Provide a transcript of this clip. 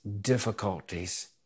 difficulties